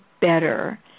better